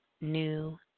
new